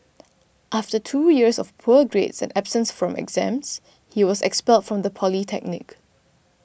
after two years of poor grades and absence from exams he was expelled from the polytechnic